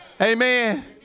Amen